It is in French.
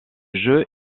jeu